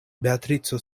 beatrico